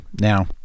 Now